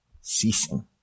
ceasing